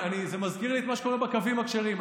זה מזכיר לי את מה שקורה בקווים הכשרים.